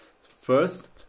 First